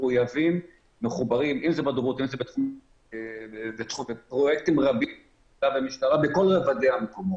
מחויבים אם זה בפרויקטים רבים במשטרה בכל הרבדים.